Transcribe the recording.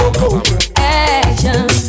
Action